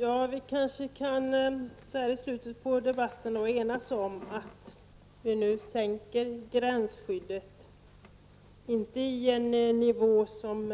Herr talman! Så här i slutet på debatten kanske vi kan enas om att sänka gränsskyddet. Det skall inte vara fråga om en nivå som